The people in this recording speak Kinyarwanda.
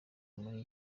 muri